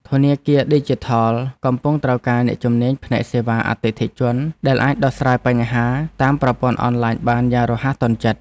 ធនាគារឌីជីថលកំពុងត្រូវការអ្នកជំនាញផ្នែកសេវាអតិថិជនដែលអាចដោះស្រាយបញ្ហាតាមប្រព័ន្ធអនឡាញបានយ៉ាងរហ័សទាន់ចិត្ត។